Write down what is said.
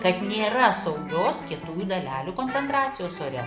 kad nėra saugios kietųjų dalelių koncentracijos ore